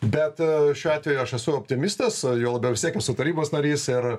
bet šiuo atveju aš esu optimistas juo labiau vis tiek esu tarybos narys ir